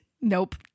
Nope